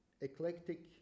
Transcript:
eclectic